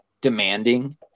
demanding